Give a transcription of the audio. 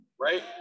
Right